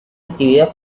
actividad